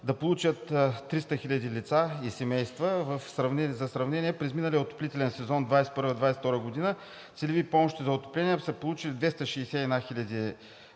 да получат 300 хиляди лица и семейства. За сравнение, през миналия отоплителен сезон 2021 – 2022 г. целеви помощи за отопление са получили 261